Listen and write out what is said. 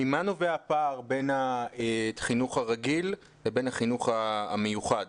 ממה נובע הפער בין החינוך הרגיל לבין החינוך המיוחד?